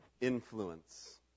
Influence